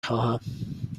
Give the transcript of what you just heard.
خواهم